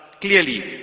clearly